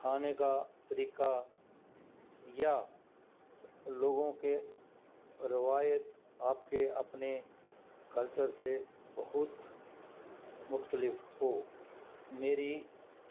کھانے کا طریقہ یا لوگوں کے روایت آپ کے اپنے کلچر سے بہت مختلف ہو میری